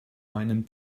meinem